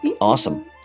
Awesome